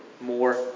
more